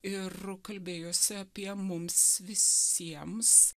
ir kalbėjosi apie mums visiems